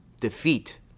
defeat